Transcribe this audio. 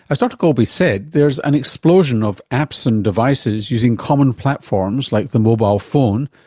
as dr golby said, there is an explosion of apps and devices using common platforms like the mobile phone,